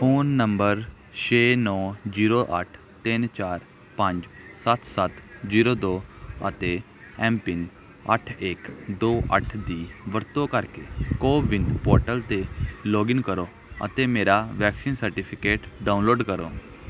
phone number ਛੇ ਨੌਂ zero ਅੱਠ ਤਿੰਨ ਚਾਰ ਪੰਜ ਸੱਤ ਸੱਤ ਜੀਰੋ ਦੋ ਅਤੇ ਐਮਪਿੰਨ ਅੱਠ ਇੱਕ ਦੋ ਅੱਠ ਦੀ ਵਰਤੋਂ ਕਰਕੇ ਕੋਵਿਨ ਪੋਰਟਲ 'ਤੇ ਲੌਗਇਨ ਕਰੋ ਅਤੇ ਮੇਰਾ ਵੈਕਸੀਨ ਸਰਟੀਫਿਕੇਟ ਡਾਊਨਲੋਡ ਕਰੋ